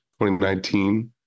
2019